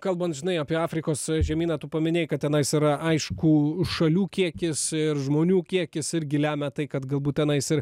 kalbant žinai apie afrikos žemyną tu paminėjai kad tenais yra aiškų šalių kiekis ir žmonių kiekis irgi lemia tai kad galbūt tenais ir